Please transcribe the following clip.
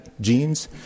genes